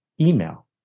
email